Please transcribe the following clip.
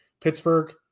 Pittsburgh